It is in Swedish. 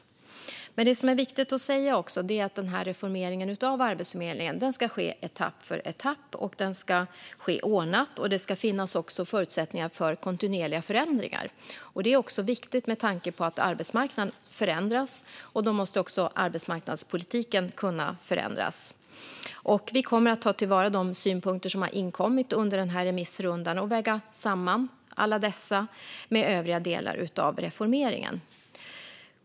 Det som är viktigt att säga är att reformeringen av Arbetsförmedlingen ska ske etapp för etapp och ordnat. Det ska finnas förutsättningar för kontinuerliga förändringar. Det är viktigt med tanke på att arbetsmarknaden förändras, och då måste också arbetsmarknadspolitiken kunna förändras. Vi kommer att ta till vara de synpunkter som har inkommit under remissrundan och väga samman alla dessa med övriga delar av reformeringen.